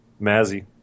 Mazzy